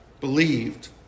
believed